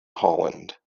holland